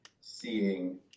seeing